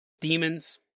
Demons